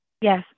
Yes